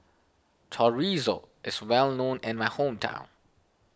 Chorizo is well known in my hometown